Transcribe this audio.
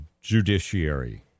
judiciary